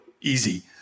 easy